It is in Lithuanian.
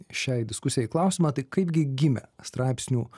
šiai diskusijai klausimą tai kaip gi gimė straipsnių